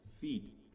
feet